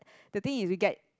the thing is we get